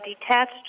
detached